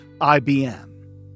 IBM